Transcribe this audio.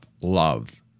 love